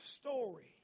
story